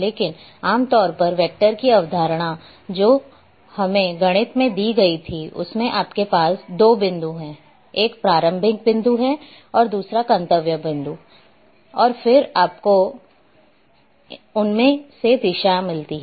लेकिन आम तौर पर वेक्टर की अवधारणा जो हमें गणित में दी गई थीउसमें आपके पास दो बिंदु है एक प्रारंभिक बिंदु है और एक गंतव्य है और फिर आपको हो उनमें से दिशा मिलती है